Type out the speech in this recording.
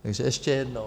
Takže ještě jednou.